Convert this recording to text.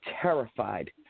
terrified